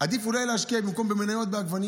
במחיר הזה אולי עדיף להשקיע במקום במניות בעגבניות.